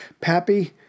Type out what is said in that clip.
Pappy